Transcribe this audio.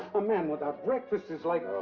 a man without breakfast is like